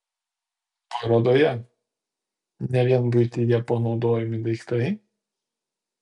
parodoje ne vien buityje panaudojami daiktai